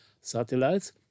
satellites